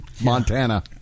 Montana